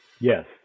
Yes